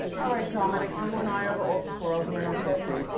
all right, dominic, you and i are the old squirrels, we're in our fifty s.